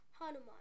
Hanuman